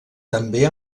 també